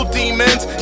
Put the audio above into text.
demons